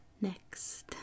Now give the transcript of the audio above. Next